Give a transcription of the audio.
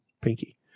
Pinky